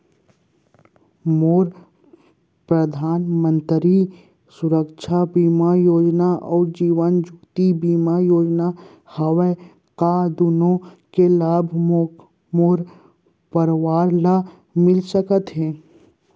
मोर परधानमंतरी सुरक्षा बीमा योजना अऊ जीवन ज्योति बीमा योजना हवे, का दूनो के लाभ मोर परवार ल मिलिस सकत हे?